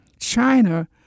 China